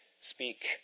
speak